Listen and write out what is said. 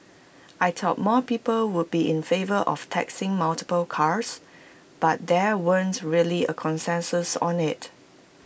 I thought more people would be in favour of taxing multiple cars but there weren't really A consensus on IT